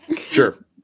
sure